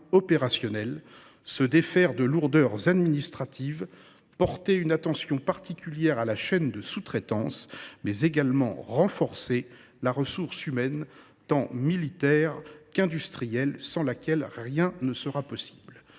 opérationnels, nous défaire des lourdeurs administratives, porter une attention particulière à la chaîne de sous traitance, mais également renforcer les ressources humaines, militaires et industrielles, sans lesquelles rien ne sera possible.